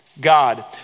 God